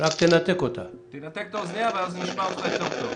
והדוגמאות לכך הן רבות.